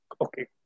Okay